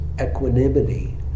equanimity